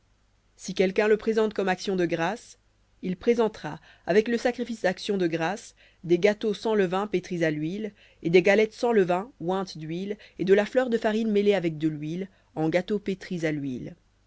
si quelqu'un le présente comme action de grâces il présentera avec le sacrifice d'action de grâces des gâteaux sans levain pétris à l'huile et des galettes sans levain ointes d'huile et de la fleur de farine mêlée en gâteaux pétris à l'huile